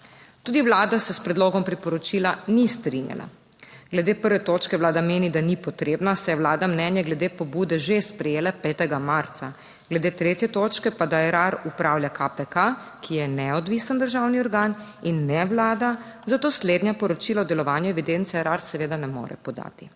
Tudi Vlada se s predlogom priporočila ni strinjala. Glede prve točke vlada meni, da ni potrebna, saj je vlada mnenje glede pobude že sprejela 5. marca, glede tretje točke pa, da ERAR upravlja KPK, ki je neodvisen državni organ in ne vlada, zato slednja poročila o delovanju evidence ERAR seveda ne more podati.